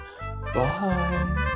Bye